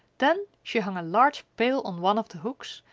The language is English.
then she hung a large pail on one of the hooks,